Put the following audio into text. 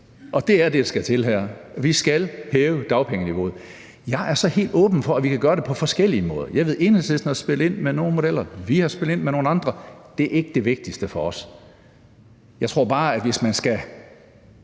Det er det, der skal til her. Vi skal hæve dagpengeniveauet, og jeg er så helt åben for, at vi kan gøre det på forskellige måder. Jeg ved, at Enhedslisten har spillet ind med nogle modeller, og vi har spillet ind med nogle andre. Det er ikke det vigtigste for os. Jeg tror måske bare, at hvis man skal